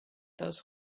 those